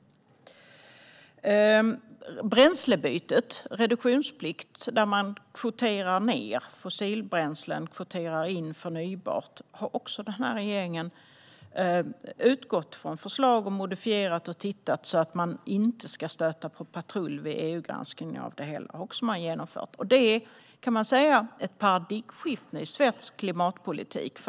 Även när det gäller bränslebyte och reduktionsplikt där man kvoterar ned fossilbränslen och kvoterar in förnybart har regeringen utgått från förslag och modifierat och tittat på dem så att man inte ska stöta på patrull vid EU-granskning av det som man genomför. Man kan säga att detta är ett paradigmskifte i svensk klimatpolitik.